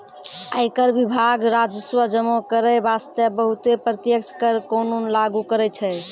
आयकर विभाग राजस्व जमा करै बासतें बहुते प्रत्यक्ष कर कानून लागु करै छै